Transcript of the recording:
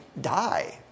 die